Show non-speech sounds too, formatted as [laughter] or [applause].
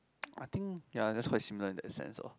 [noise] I think ya just quite similar in that sense lor